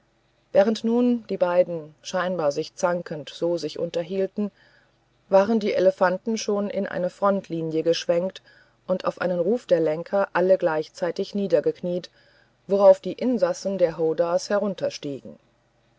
während nun die beiden scheinbar sich zankend so sich unterhielten waren die elefanten schon in eine frontlinie geschwenkt und auf einen ruf der lenker alle gleichzeitig niedergekniet worauf die insassen der